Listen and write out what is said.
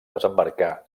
desembarcar